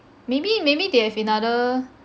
maybe maybe they have another